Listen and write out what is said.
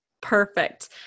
Perfect